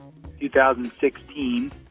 2016